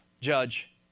judge